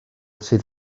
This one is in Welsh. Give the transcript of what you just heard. sydd